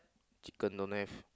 chicken don't have